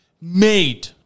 made